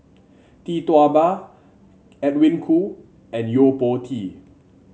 Tee Tua Ba Edwin Koo and Yo Po Tee